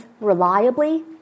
reliably